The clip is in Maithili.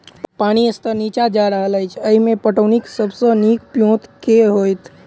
पानि स्तर नीचा जा रहल अछि, एहिमे पटौनीक सब सऽ नीक ब्योंत केँ होइत?